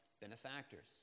benefactors